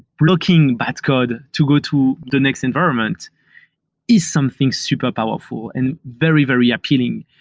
blocking that code to go to the next environment is something super powerful and very, very appealing.